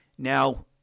Now